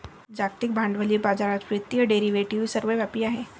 जागतिक भांडवली बाजारात वित्तीय डेरिव्हेटिव्ह सर्वव्यापी आहेत